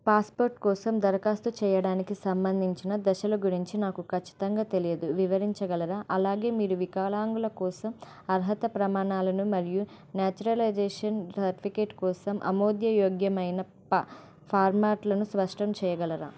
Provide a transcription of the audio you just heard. passport కోసం దరఖాస్తు చేయడానికి సంబంధించిన దశల గురించి నాకు ఖచ్చితంగా తెలియదు వివరించగలరా అలాగే మీరు వికాలాంగుల కోసం అర్హత ప్రమాణాలను మరియు నేచురలైజేషన్ సర్టిఫికేట్ కోసం అమోద్యయోగ్యమైన పా ఫార్మాట్లను స్పష్టం చేయగలరా